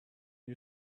you